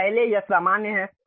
तो पहले यह सामान्य है